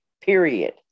period